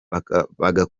bagakunda